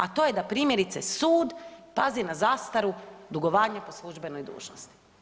A to je da primjerice sud pazi na zastaru dugovanja po službenoj dužnosti.